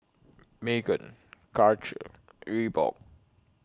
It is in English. Megan Karcher Reebok